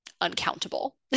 uncountable